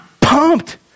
pumped